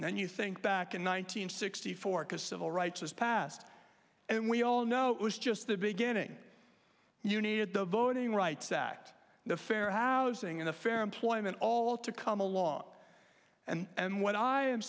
and then you think back in one nine hundred sixty four because civil rights was passed and we all know it was just the beginning you needed the voting rights act the fair housing and the fair employment all to come along and what i am